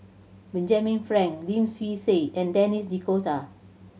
Benjamin Frank Lim Swee Say and Denis D'Cotta